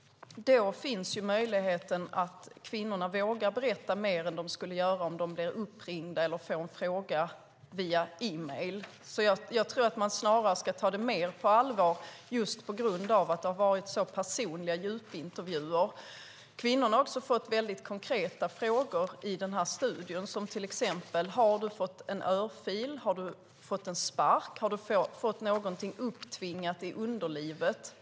Då finns möjligheten att kvinnorna vågar berätta mer än de skulle göra om de blir uppringda eller får en fråga via e-mail. Undersökningen ska tas på mer allvar just tack vare de personliga djupintervjuerna. Kvinnorna har också fått konkreta frågor i studien, till exempel: Har du fått en örfil? Har du fått en spark? Har du fått någonting upptvingat i underlivet?